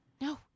No